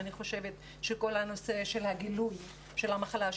אני חושבת שכל הנושא של גילוי המחלה,